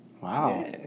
Wow